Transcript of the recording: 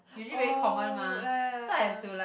orh ya ya ya